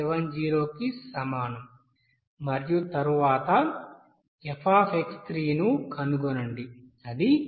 5670 కి సమానం మరియు తరువాత f ను కనుగొనండి అది 2